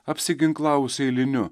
apsiginklavus eiliniu